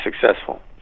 successful